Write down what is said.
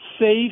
safe